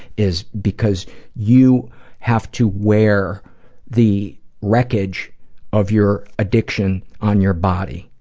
is because you have to wear the wreckage of your addiction on your body.